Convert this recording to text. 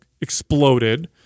exploded